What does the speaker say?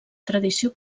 tradició